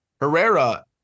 Herrera